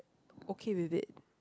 okay with it